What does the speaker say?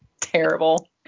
terrible